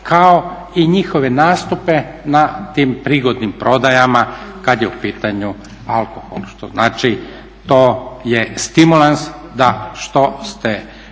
kao i njihove nastupe na tim prigodnim prodajama kad je u pitanju alkohol što znači to je stimulans da što ste